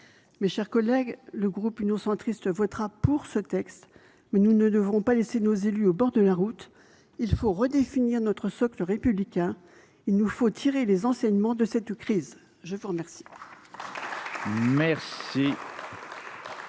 Mes chers collègues, le groupe Union Centriste votera pour ce texte. Nous ne devrons pas laisser nos élus au bord de la route ! Il faut redéfinir notre socle républicain. Il nous faut tirer les enseignements de cette crise. La parole